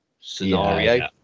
scenario